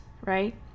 right